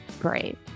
brave